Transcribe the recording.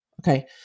Okay